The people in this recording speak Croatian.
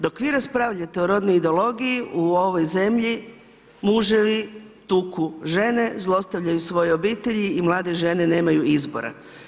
Dok vi raspravljate o rodnoj ideologiji, u ovoj zemlji muževi tuku žene, zlostavljate svoje obitelji i mlade žene nemaju izbora.